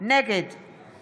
נגד